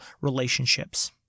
relationships